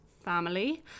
family